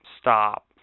Stop